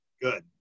Good